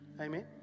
Amen